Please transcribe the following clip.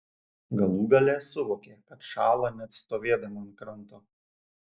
galų gale suvokė kad šąla net stovėdama ant kranto